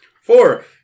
Four